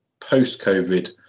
post-COVID